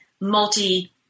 multi